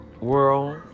world